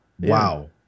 Wow